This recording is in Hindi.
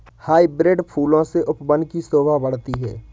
हाइब्रिड फूलों से उपवन की शोभा बढ़ती है